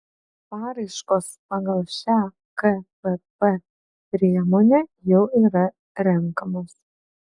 paraiškos pagal šią kpp priemonę jau yra renkamos